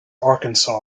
arkansas